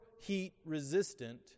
heat-resistant